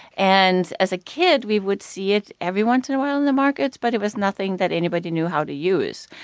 and as a kid, we would see it every once in a while in the market, but it was nothing anybody knew how to use,